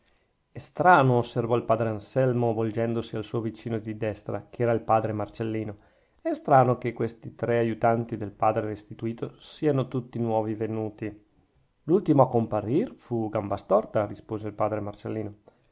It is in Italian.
è strano osservò il padre anselmo volgendosi al suo vicino di destra che era il padre marcellino è strano che questi tre aiutanti del padre restituto siano tutti nuovi venuti l'ultimo a comparir fu gambastorta rispose il padre marcellino